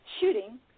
shooting